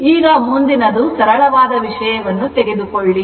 ಈಗ ಮುಂದಿನದು ಸರಳವಾದ ವಿಷಯವನ್ನು ತೆಗೆದುಕೊಳ್ಳಿ